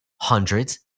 hundreds